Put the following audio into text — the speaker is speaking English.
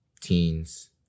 teens